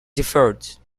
deferred